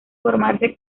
formarse